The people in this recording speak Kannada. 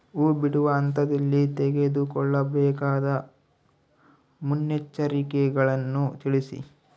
ಹೂ ಬಿಡುವ ಹಂತದಲ್ಲಿ ತೆಗೆದುಕೊಳ್ಳಬೇಕಾದ ಮುನ್ನೆಚ್ಚರಿಕೆಗಳನ್ನು ತಿಳಿಸಿ?